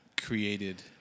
created